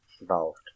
involved